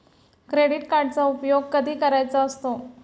Credit कार्डचा उपयोग कधी करायचा असतो?